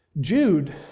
Jude